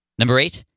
number eight,